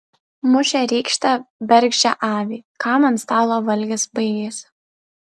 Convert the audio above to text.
mušė rykšte bergždžią avį kam ant stalo valgis baigėsi